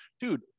Dude